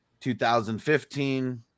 2015